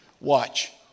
watch